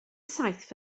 saith